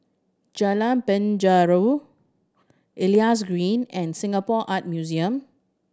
Jalan Penjara Elias Green and Singapore Art Museum